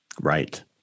right